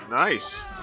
Nice